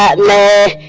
and la